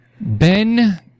Ben